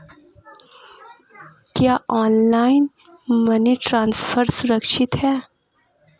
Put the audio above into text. क्या online money transfer सुरक्षित है?